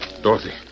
Dorothy